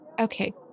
Okay